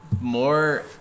more